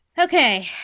Okay